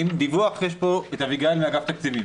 אם דיווח, יש פה את אביגיל מאגף התקציבים.